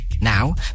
Now